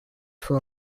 for